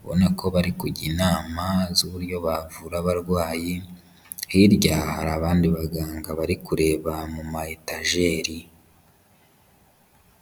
ubona ko bari kujya inama z'uburyo bavura abarwayi, hirya hari abandi baganga bari kureba mu mayetajeri.